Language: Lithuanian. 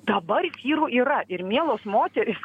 dabar vyrų yra ir mielos moterys